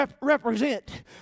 represent